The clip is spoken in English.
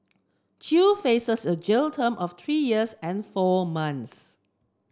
chew faces a jail term of three years and four months